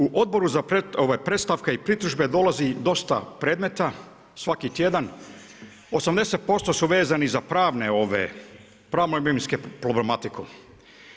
U Odboru za predstavke i pritužbe dolazi dosta predmeta svaki tjedan, 80% su vezani za pravno imovinsku problematiku.